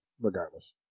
Regardless